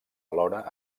alhora